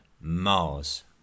Mars